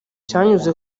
cyanyuze